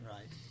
Right